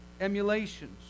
emulations